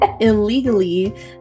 illegally